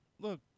Look